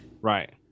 Right